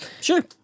Sure